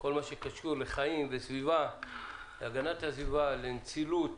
כל מה שקשור לחיים וסביבה, הגנת הסביבה, נצילות,